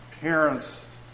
parents